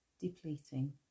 depleting